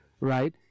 right